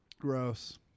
Gross